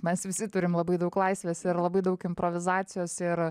mes visi turim labai daug laisvės ir labai daug improvizacijos ir